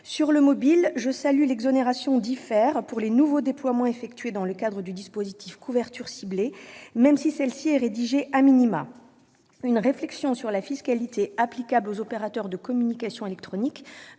sur les entreprises de réseau, ou IFER, pour les nouveaux déploiements opérés dans le cadre du dispositif de couverture ciblée, même si celle-ci est rédigée. Une réflexion sur la fiscalité applicable aux opérateurs de communications électroniques